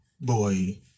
boy